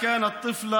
רק שיצדיק את זה,